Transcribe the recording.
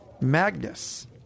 magnus